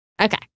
Okay